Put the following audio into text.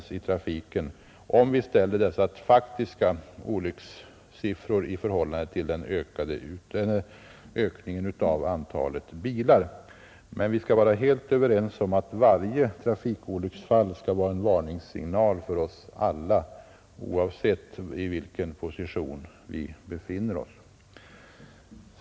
Så är inte fallet, om vi ställer de faktiska olyckssiffrorna i förhållande till ökningen av antalet bilar. Men vi är helt överens om att varje trafikolycksfall är en varningssignal för oss alla, oavsett vilken position vi befinner oss i.